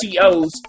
CO's